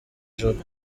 joro